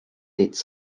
its